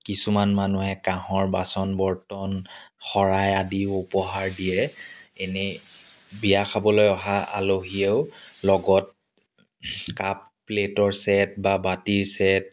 কিছুমান মানুহে কাঁহৰ বাচন বৰ্তন শৰাই আদিও উপহাৰ দিয়ে এনে বিয়া খাবলৈ অহা আলহীয়েও লগত কাপ প্লেটৰ ছেট বা বাতি ছেট